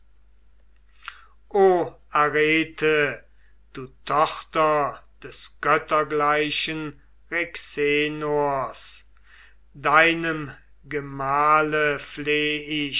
du tochter des göttergleichen rexenor deinem gemahle